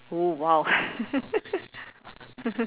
oh !wow!